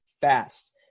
fast